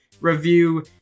review